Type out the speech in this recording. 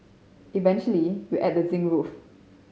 eventually you add the zinc roof